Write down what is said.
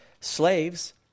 slaves